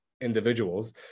individuals